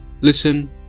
listen